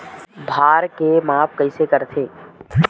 भार के माप कइसे करथे?